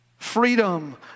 freedom